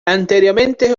anteriormente